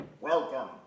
Welcome